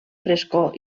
frescor